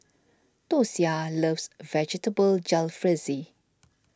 Dosia loves Vegetable Jalfrezi